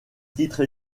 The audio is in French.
titre